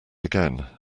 again